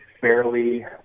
fairly